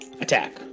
Attack